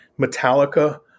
Metallica